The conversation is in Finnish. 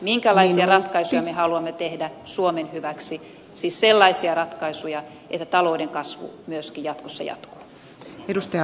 minkälaisia ratkaisuja me haluamme tehdä suomen hyväksi siis sellaisia ratkaisuja että talouden kasvu myöskin jatkossa jatkuu